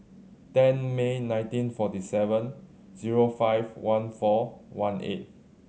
ten May nineteen forty seven zero five one four one eight